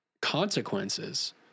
consequences